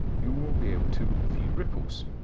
you will be able to view ripples.